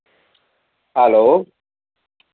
hello